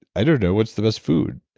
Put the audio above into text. i don't know, what's the best food?